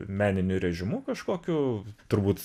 meniniu režimu kažkokiu turbūt